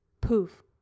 poof